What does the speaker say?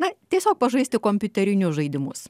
na tiesiog pažaisti kompiuterinius žaidimus